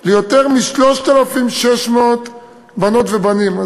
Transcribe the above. ליותר מ-3,600 בנות ובנים.